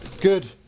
good